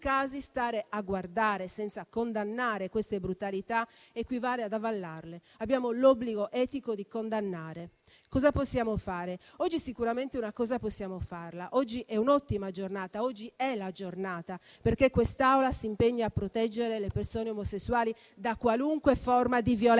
in questi casi, stare a guardare senza condannare queste brutalità equivale ad avallarle. Abbiamo l'obbligo etico di condannare. Cosa possiamo fare? Oggi sicuramente una cosa possiamo farla. Oggi è un'ottima giornata. Oggi è la giornata in cui quest'Aula si impegna a proteggere le persone omosessuali da qualunque forma di violenza